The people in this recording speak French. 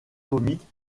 comique